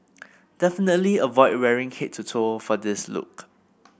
definitely avoid wearing head to toe for this look